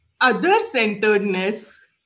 Other-centeredness